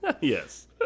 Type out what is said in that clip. Yes